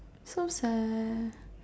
so sad